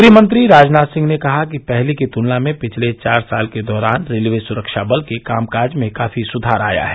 गृहमंत्री राजनाथ सिंह ने कहा कि पहले की तुलना में पिछले चार साल के दौरान रेलवे सुरक्षाबल के कामकाज में काफी सुधार आया है